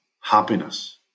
happiness